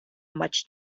much